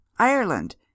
Ireland